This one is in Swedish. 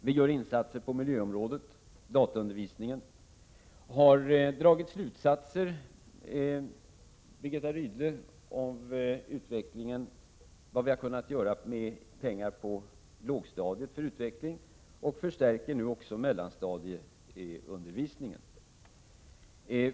Vi gör insatser på miljöområdet och beträffande dataundervisningen. Vi har, Birgitta Rydle, dragit slutsatser av vad vi har kunnat göra med pengar för utveckling på lågstadiet och förstärker nu också mellanstadieundervisningen.